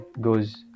goes